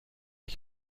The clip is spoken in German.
ich